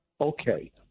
Okay